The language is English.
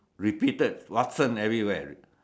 repeated Watsons everywhere